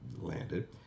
landed